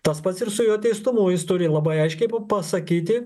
tas pats ir su jo teistumu jis turi labai aiškiai pa pasakyti